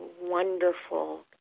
wonderful